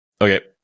Okay